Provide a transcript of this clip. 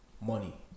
money